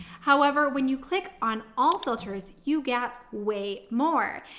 however, when you click on all filters, you get way more.